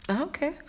Okay